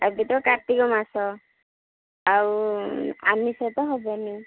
ଏବେ ତ କାର୍ତ୍ତିକ ମାସ ଆଉ ଆମିଷ ତ ହେବନି